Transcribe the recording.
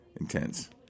intense